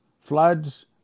floods